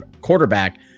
quarterback